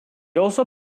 also